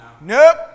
Nope